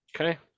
Okay